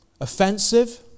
Offensive